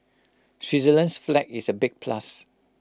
Switzerland's flag is A big plus